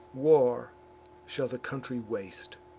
war shall the country waste,